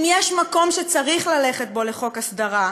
אם יש מקום שצריך ללכת בו לחוק הסדרה,